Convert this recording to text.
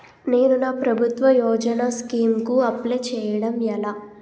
నేను నా ప్రభుత్వ యోజన స్కీం కు అప్లై చేయడం ఎలా?